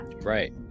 Right